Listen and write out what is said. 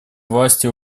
власти